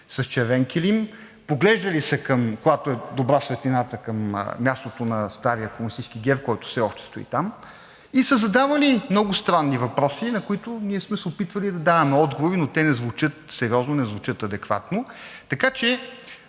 с червен килим, поглеждали са, когато е добра светлината, към мястото на стария комунистически герб, който все още стои там, и са задавали много странни въпроси, на които ние сме се опитвали да даваме отговори, но те не звучат сериозно, не звучат адекватно. Така че